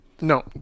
No